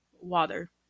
water